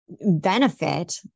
benefit